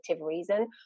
reason